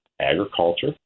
agriculture